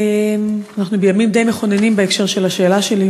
אנחנו בימים די מכוננים בהקשר של השאלה שלי,